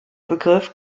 begriff